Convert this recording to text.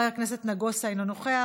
חבר הכנסת מיקי לוי, מוותר,